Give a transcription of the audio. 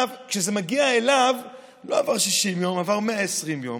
כשזה מגיע אליו לא עברו 60 יום, עברו 120 יום.